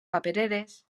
papereres